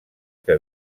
que